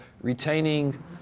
retaining